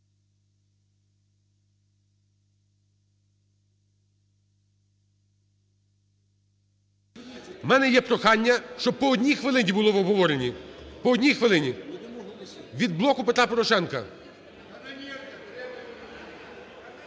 В мене є прохання, щоб по одній хвилині було в обговоренні, по одній хвилині. Від "Блоку Петра Порошенка"